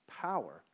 power